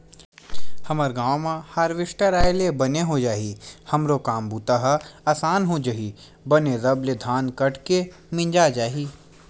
हमर गांव म हारवेस्टर आय ले बने हो जाही हमरो काम बूता ह असान हो जही बने रब ले धान ह कट के मिंजा जाही